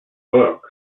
works